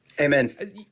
Amen